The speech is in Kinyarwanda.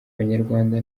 abanyarwanda